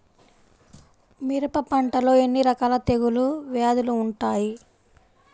మిరప పంటలో ఎన్ని రకాల తెగులు వ్యాధులు వుంటాయి?